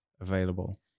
available